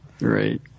Right